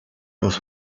was